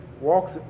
walks